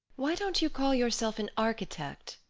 why don't you call yourself an architect,